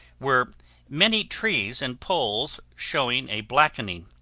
were many trees and poles showing a blackening.